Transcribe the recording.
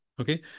Okay